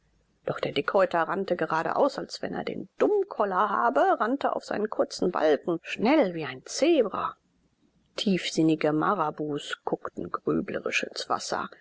doch der dickhäuter rannte geradeaus als wenn er den dummkoller habe rannte auf seinen kurzen balken schnell wie ein zebra tiefsinnige marabus guckten grüblerisch ins wasser